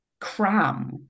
cram